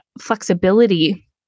flexibility